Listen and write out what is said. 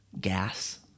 Gas